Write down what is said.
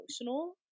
emotional